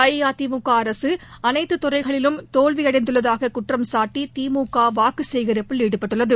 அஇஅதிமுக அரசு அனைத்து துறைகளிலும் தோல்வி அடைந்துள்ளதாக குற்றம் காட்டி திமுக வாக்குச்சேகரிப்பில் ஈடுபட்டுள்ளது